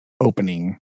opening